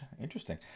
interesting